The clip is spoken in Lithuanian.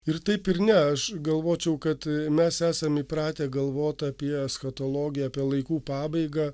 ir taip ir ne aš galvočiau kad mes esam įpratę galvot apie eschatologiją apie laikų pabaigą